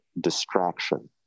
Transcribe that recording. distraction